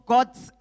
God's